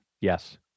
Yes